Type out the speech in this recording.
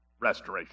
restoration